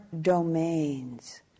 domains